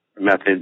methods